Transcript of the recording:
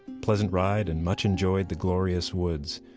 pleasant ride and much enjoyed the glorious woods.